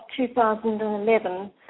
2011